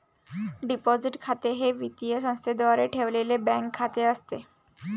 deposit खाते हे वित्तीय संस्थेद्वारे ठेवलेले बँक खाते असते